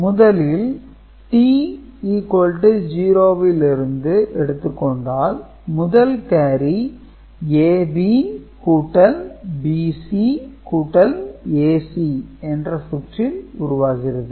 முதலில் t 0 லிருந்து எடுத்துக்கொண்டால் முதல் கேரி ABBCAC என்ற சுற்றில் உருவாகிறது